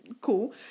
cool